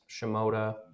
Shimoda